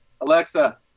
Alexa